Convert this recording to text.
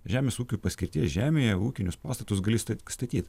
žemės ūkiui paskirties žemėje ūkinius pastatus gali statyt